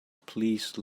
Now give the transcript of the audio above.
please